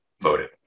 voted